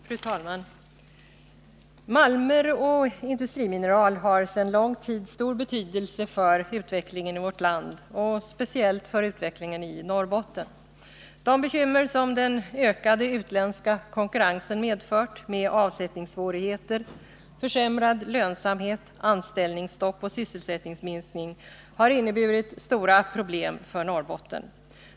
Fru talman! Malmer och industrimineral har sedan lång tid tillbaka stor betydelse för utvecklingen i vårt land och speciellt för utvecklingen i Norrbotten. De bekymmer som den ökade utländska konkurrensen medfört, med avsättningssvårigheter, försämrad lönsamhet, anställningsstopp och sysselsättningsminskning, har inneburit stora problem för Norrbotten.